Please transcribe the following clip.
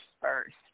first